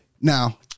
Now